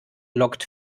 lockt